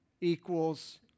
equals